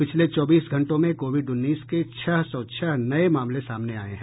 पिछले चौबीस घंटों में कोविड उन्नीस के छह सौ छह नये मामले सामने आये हैं